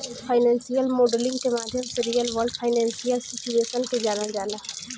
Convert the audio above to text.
financial modelling के माध्यम से रियल वर्ल्ड फाइनेंशियल सिचुएशन के जानल जाला